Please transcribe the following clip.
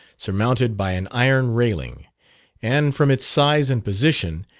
surmounted by an iron railing and, from its size and position,